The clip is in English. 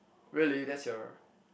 really that's your